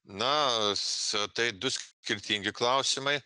na s tai du skirtingi klausimai